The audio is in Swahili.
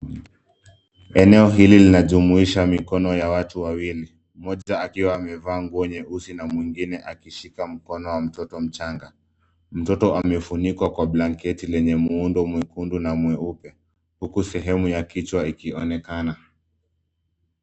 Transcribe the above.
Eneo hili linajumuisha mikono ya watu wawili, mmjoja akiwa maevaa nguo nyeusi na mwingine akishika mtoto wa mkono mchanga. Mtoto amefunikwa kwa blanketi lenye muundo mwekundu na mweupe huku sehemu ya kichwa ikionekana.